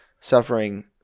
suffering